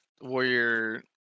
Warrior